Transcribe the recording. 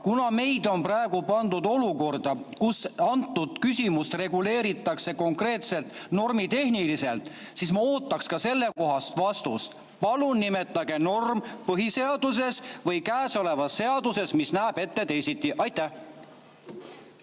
Kuna meid on praegu pandud olukorda, kus antud küsimust reguleeritakse konkreetselt normitehniliselt, siis ma ootaks ka sellekohast vastust. Palun nimetage norm põhiseaduses või [kodu‑ ja töökorra] seaduses, mis näeb ette teisiti. Aitäh!